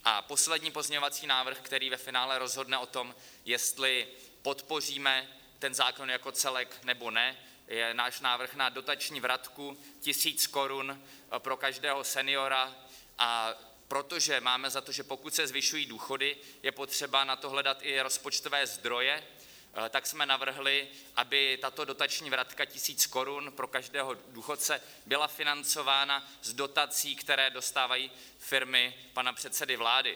A poslední pozměňovací návrh, který ve finále rozhodne o tom, jestli podpoříme zákon jako celek, nebo ne, je náš návrh na dotační vratku 1 000 korun pro každého seniora, a protože máme za to, že pokud se zvyšují důchody, je potřeba na to hledat i rozpočtové zdroje, tak jsme navrhli, aby tato dotační vratka 1 000 korun pro každého důchodce byla financována z dotací, které dostávají firmy pana předsedy vlády.